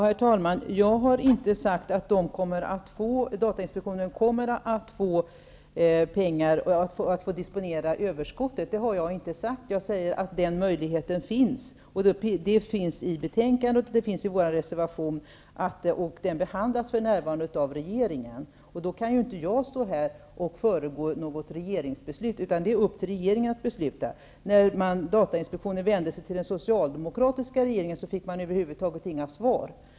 Herr talman! Jag har inte sagt att datainspektionen kommer att få disponera överskottet. Jag säger att den möjligheten finns. Det framkommer i betänkandet och i vår reservation, och förslaget behandlas för närvarande av regeringen. Jag kan inte stå här och föregå ett regeringsbeslut. Det är upp till regeringen att besluta. När datainspektionen vände sig till den socialdemokratiska regeringen fick man över huvud taget inga svar.